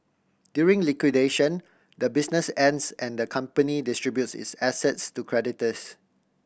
during liquidation the business ends and the company distributes its assets to creditors